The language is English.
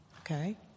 Okay